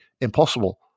impossible